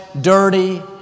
dirty